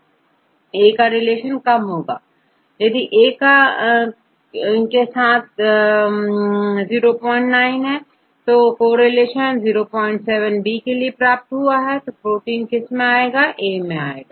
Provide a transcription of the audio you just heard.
छात्र कम यदि ए के साथ को रिलेशन0 9 औरr 0 7 बी के लिए प्राप्त हुआ तो प्रोटीन किस में आएगा